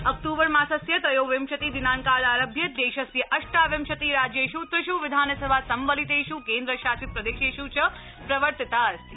अक्तूबर मासस्य त्रयोविंशति दिनांकादारभ्य देशस्य अष्टाविंशति राज्येष् त्रिष् विधानसभा संवलितेष् केन्द्रशासित प्रदेशेष् च प्रवर्तिता अस्ति